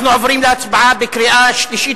אנחנו עוברים להצבעה בקריאה שלישית,